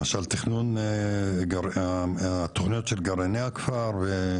למשל תכנון התכניות של גרעיני הכפר.